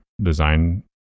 design